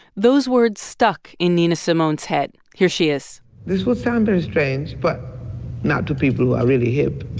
those words stuck in nina simone's head. here she is this will sound very strange but not to people who are really hip.